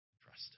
trust